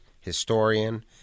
historian